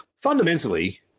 Fundamentally